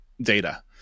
data